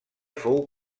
fou